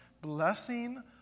blessing